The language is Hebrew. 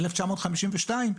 מ-1952,